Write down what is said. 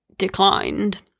Declined